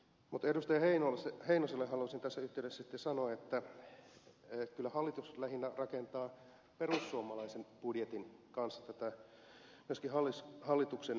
mutta edustaja heinoselle haluaisin tässä yhteydessä sanoa että kyllä hallitus lähinnä rakentaa perussuomalaisen budjetin kanssa myöskin tätä hallituksen yritystukipolitiikkaa